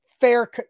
Fair